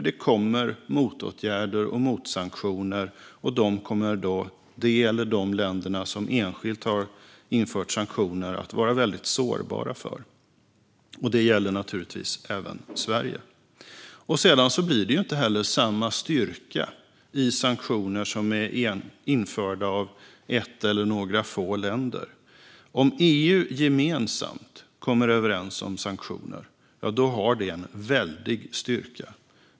Det kommer nämligen motåtgärder och motsanktioner, och de kommer de länder som enskilt har infört sanktioner att vara väldigt sårbara för. Det gäller naturligtvis även Sverige. Det blir inte heller samma styrka i sanktioner som är införda av ett land eller några få länder. Om EU gemensamt kommer överens om sanktioner är det en väldig styrka.